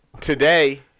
today